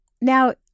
Now